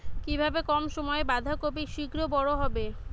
কিভাবে কম সময়ে বাঁধাকপি শিঘ্র বড় হবে?